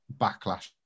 backlash